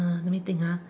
uh let me think ah